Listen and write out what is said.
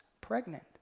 pregnant